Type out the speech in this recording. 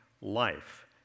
life